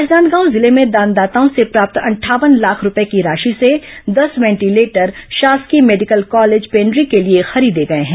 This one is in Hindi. राजनादगांव जिले में दानदाताओं से प्राप्त अंठावन लाख रूपये की राशि से दस वेंटीलेटर शासकीय मेडिकल कॉलेज पेण्ड्री के लिए खरीदे गए हैं